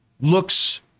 looks